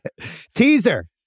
Teaser